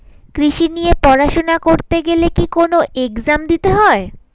কৃষি নিয়ে পড়াশোনা করতে গেলে কি কোন এগজাম দিতে হয়?